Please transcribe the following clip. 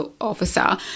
officer